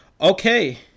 Okay